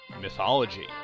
mythology